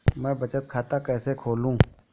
मैं बचत खाता कैसे खोलूँ?